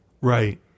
Right